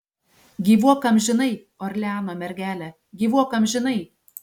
gyvuok amžinai orleano mergele gyvuok amžinai